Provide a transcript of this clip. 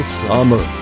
summer